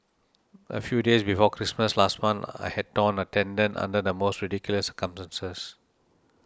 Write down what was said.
a few days before Christmas last month I had torn a tendon under the most ridiculous circumstances